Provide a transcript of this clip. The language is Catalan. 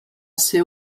ser